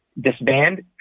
disband